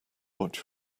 what